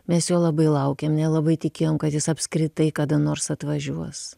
mes jo labai laukėm nelabai tikėjom kad jis apskritai kada nors atvažiuos